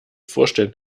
vorstellen